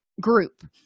group